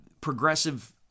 progressive